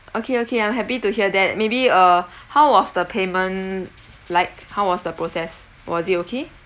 okay okay I'm happy to hear that maybe uh how was the payment like how was the process was it okay